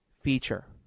feature